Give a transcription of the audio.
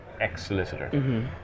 ex-solicitor